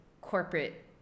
corporate